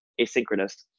asynchronous